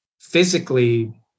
physically